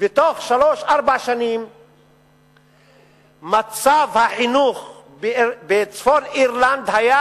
ובתוך שלוש-ארבע שנים מצב החינוך בצפון-אירלנד היה